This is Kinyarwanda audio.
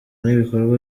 n’ibikorwa